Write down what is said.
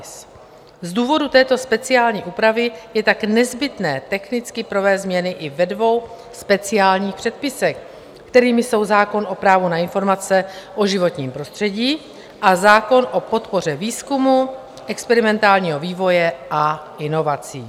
Z důvodu této speciální úpravy je tak nezbytné technicky provést změny i ve dvou speciálních předpisech, kterými jsou zákon o právu na informace o životním prostředí a zákon o podpoře výzkumu, experimentálního vývoje a inovací.